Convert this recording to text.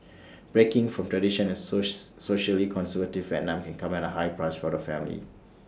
breaking from tradition in source socially conservative Vietnam can come at A high price for the family